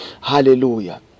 Hallelujah